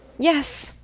yes,